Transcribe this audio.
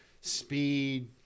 speed